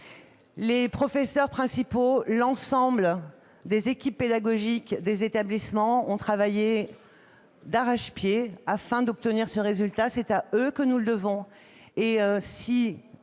Les professeurs principaux, l'ensemble des équipes pédagogiques des établissements ont travaillé d'arrache-pied afin d'obtenir ces résultats ; c'est à eux que nous les devons.